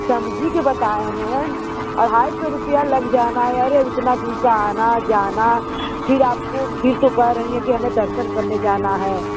समझी के बताएँ हैं अढ़ाई सौ रुपया लग जाना है अरे उतना दूर का आना जाना फिर आपको फिर तो कह रही हैं कि हमें दर्शन करने जाना है